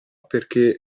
perché